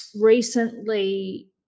recently